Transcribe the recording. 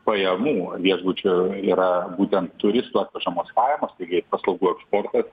pajamų viešbučių yra būtent turistų atvežamos pajamos taigi paslaugų esportas